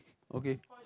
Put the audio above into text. okay